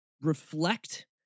reflect